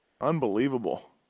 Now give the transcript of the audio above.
Unbelievable